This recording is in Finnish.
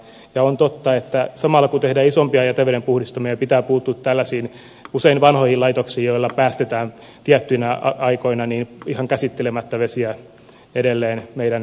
ja on totta että samalla kun tehdään isompia jätevedenpuhdistamoita pitää puuttua tällaisiin usein vanhoihin laitoksiin joista päästetään tiettyinä aikoina ihan käsittelemättä vesiä edelleen meidän vesistöihimme